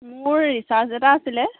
মোৰ ৰিচাৰ্জ এটা আছিলে